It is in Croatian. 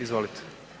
Izvolite.